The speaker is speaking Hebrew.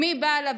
מי בעל הבית,